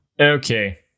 Okay